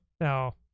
Now